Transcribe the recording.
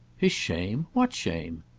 his shame? what shame?